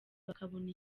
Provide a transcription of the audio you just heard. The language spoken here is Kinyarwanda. bakabona